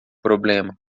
problema